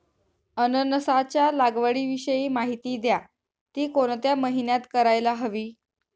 अननसाच्या लागवडीविषयी माहिती द्या, ति कोणत्या महिन्यात करायला हवी?